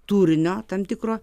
tūrinio tam tikro